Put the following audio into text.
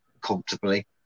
comfortably